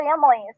families